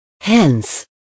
Hence